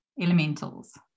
elementals